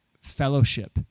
fellowship